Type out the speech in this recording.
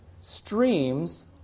streams